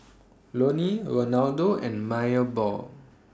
Loni Ronaldo and Maebell